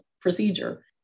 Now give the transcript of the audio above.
procedure